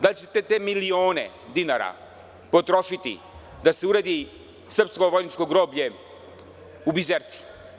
Da li ćete te milione dinara potrošiti da se uredi Srpsko vojničkog groblje u Bizerti?